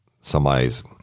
somebody's